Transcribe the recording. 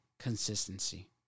consistency